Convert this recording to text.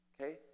Okay